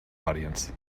audience